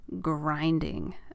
grinding